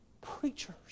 preachers